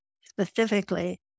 specifically